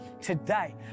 Today